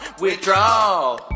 withdraw